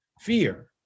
Fear